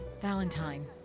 Valentine